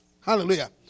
Hallelujah